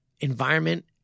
environment